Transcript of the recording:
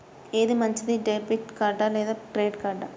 ఏది మంచిది, debit card లేదా క్రెడిట్ కార్డ్?